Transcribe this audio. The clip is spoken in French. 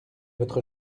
votre